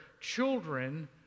children